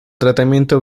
tratamiento